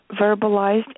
verbalized